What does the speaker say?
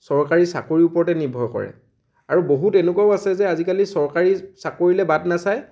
চৰকাৰী চাকৰিৰ ওপৰতে নিৰ্ভৰ কৰে আৰু বহুত এনেকুৱাও আছে যে আজিকালি চৰকাৰী চাকৰিলে বাট নেচায়